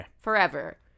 forever